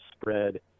spread